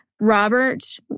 Robert